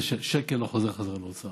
היא ששקל לא חוזר חזרה לאוצר.